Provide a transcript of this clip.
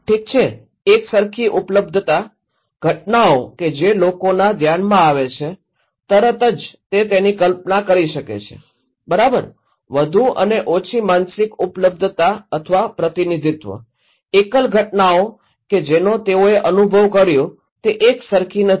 ઠીક છે એકસરખી ઉપલબ્ધતા ઘટનાઓ કે જે લોકોના ધ્યાનમાં આવે છે તરત જ તે તેની કલ્પના કરી શકે છે બરાબર વધુ અને ઓછી માનસિક ઉપલબ્ધતા અથવા પ્રતિનિધિત્વ એકલ ઘટનાઓ કે જેનો તેઓએ અનુભવ કર્યો તે એક સરખી નથી